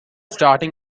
starting